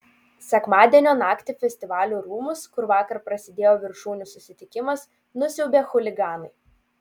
sekmadienio naktį festivalių rūmus kur vakar prasidėjo viršūnių susitikimas nusiaubė chuliganai